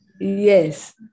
Yes